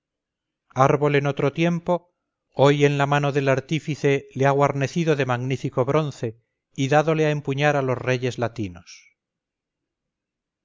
árbol en otro tiempo hoy en la mano del artífice le ha guarnecido de magnífico bronce y dádole a empuñar a los reyes latinos